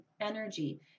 energy